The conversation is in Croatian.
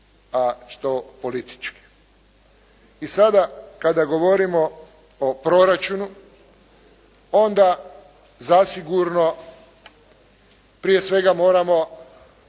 a što politički. I sada kada govorimo o proračunu, onda zasigurno prije svega moramo